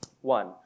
One